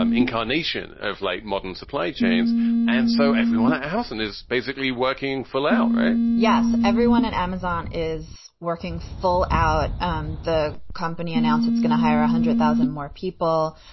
um incarnation of like modern supply chains and so everyone else and is basically working full out, right? yes. everyone at amazon is working full out. um the company announced it's going to hire one ah hundred thousand more people.